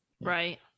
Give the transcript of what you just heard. Right